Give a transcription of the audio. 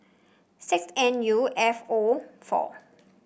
six N U F O four